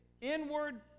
inward